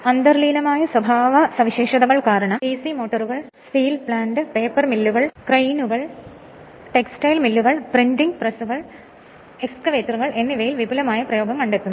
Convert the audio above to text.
അന്തർലീനമായ സ്വഭാവസവിശേഷതകൾ കാരണം ഡിസി മോട്ടോറുകൾ സ്റ്റീൽ പ്ലാന്റ് പേപ്പർ മില്ലുകൾ ക്രെയിനുകൾ ടെക്സ്റ്റൈൽ മില്ലുകൾ പ്രിന്റിംഗ് പ്രസ്സുകൾ എക്സ്കവേറ്ററുകൾ എന്നിവയിൽ വിപുലമായ പ്രയോഗം കണ്ടെത്തുന്നു